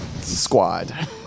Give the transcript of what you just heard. Squad